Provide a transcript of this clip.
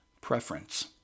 preference